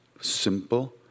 simple